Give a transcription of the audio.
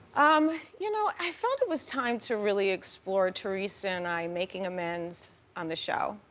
um you know i felt it was time to really explore teresa and i making amends on the show.